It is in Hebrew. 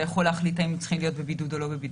יכול להחליט האם הם צריכים להיות בבידוד או לא בבידוד.